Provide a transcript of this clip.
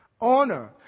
Honor